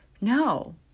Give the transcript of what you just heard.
no